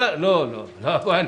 לא, לא.